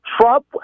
Trump